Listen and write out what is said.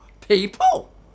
People